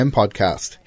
podcast